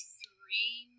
three